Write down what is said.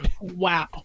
wow